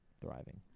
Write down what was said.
thriving